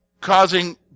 Causing